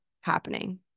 happening